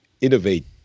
innovate